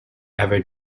ever